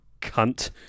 cunt